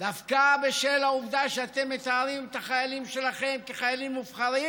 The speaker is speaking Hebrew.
דווקא בשל העובדה שאתם מתארים את החיילים שלכם כחיילים מובחרים,